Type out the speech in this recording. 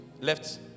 Left